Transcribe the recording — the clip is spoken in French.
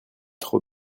trop